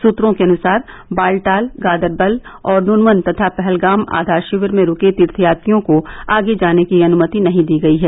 सूत्रों के अनुसार बालटाल गांदरबल और नुनवन तथा पहलगाम आधार शिविर में रूके तीर्थयात्रियों को आगे जाने की अनुमति नहीं दी गई है